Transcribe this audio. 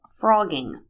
frogging